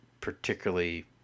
particularly